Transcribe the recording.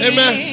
Amen